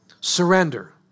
Surrender